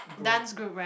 group